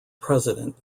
president